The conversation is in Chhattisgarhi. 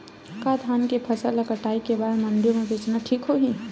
का धान के फसल ल कटाई के बाद मंडी म बेचना ठीक होही?